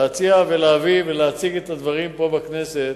ולהציע להציג את הדברים פה בכנסת.